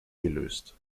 gelöst